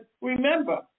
remember